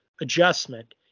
adjustment